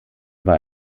war